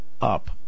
up